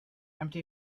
empty